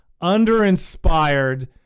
under-inspired